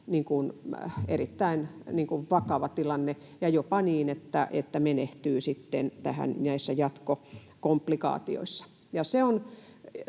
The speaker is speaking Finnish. erittäin vakava tilanne ja jopa niin, että menehtyy sitten näissä jatkokomplikaatioissa.